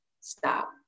stop